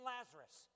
Lazarus